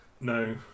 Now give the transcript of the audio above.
No